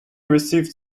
received